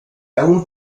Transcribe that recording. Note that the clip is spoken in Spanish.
aun